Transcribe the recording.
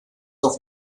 oft